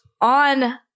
on